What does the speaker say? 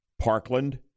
Parkland